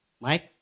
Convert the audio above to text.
Mike